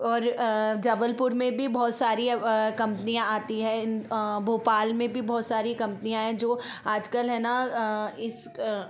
और जबलपुर में भी बहुत सारी कंपनियाँ आती हैं इन भोपाल में भी बहुत सारी कंपनियाँ हैं जो आजकल है ना इसका